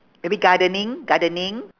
maybe gardening gardening